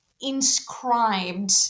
inscribed